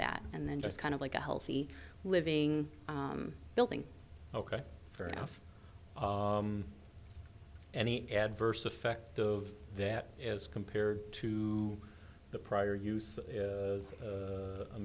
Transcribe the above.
that and then just kind of like a healthy living building ok fair enough any adverse effect of that as compared to the prior use as